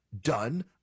done